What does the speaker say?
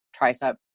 tricep